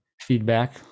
feedback